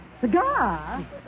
Cigar